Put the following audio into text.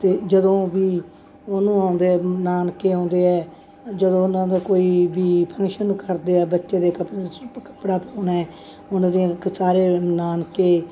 ਅਤੇ ਜਦੋਂ ਵੀ ਉਹਨੂੰ ਆਉਂਦੇ ਨਾਨਕੇ ਆਉਂਦੇ ਹੈ ਜਦੋਂ ਉਹਨਾਂ ਦਾ ਕੋਈ ਵੀ ਫੰਕਸ਼ਨ ਕਰਦੇ ਆ ਬੱਚੇ ਦੇ ਕੱਪੜਾ ਪਾਉਣਾ ਹੁਣ ਉਹਦੇ ਸਾਰੇ ਨਾਨਕੇ